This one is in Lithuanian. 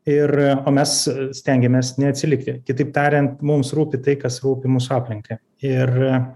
ir o mes stengiamės neatsilikti kitaip tariant mums rūpi tai kas rūpi mūsų aplinkai ir